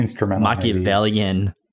Machiavellian